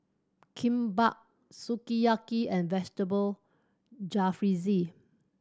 Kimbap Sukiyaki and Vegetable Jalfrezi